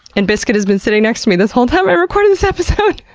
and biscuit has been sitting next to me this whole time i recorded this episode.